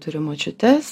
turi močiutes